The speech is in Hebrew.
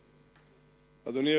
המזדהמים,